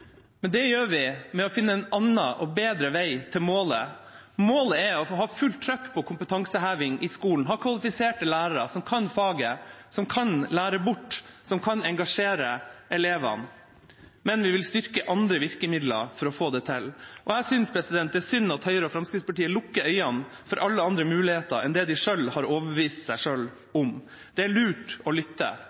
men vil fjerne den såkalte avskiltingen av lærere utdannet før 2014. Det gjør vi ved å finne en annen og bedre vei til målet. Målet er å ha fullt trykk på kompetanseheving i skolen og ha kvalifiserte lærere som kan faget, som kan lære bort, og som kan engasjere elevene. Men vi vil styrke andre virkemidler for å få det til. Jeg synes det er synd at Høyre og Fremskrittspartiet lukker øynene for alle andre muligheter enn dem de selv har overbevist seg selv om. Det er lurt å lytte.